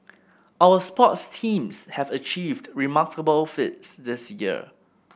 our sports teams have achieved remarkable feats this year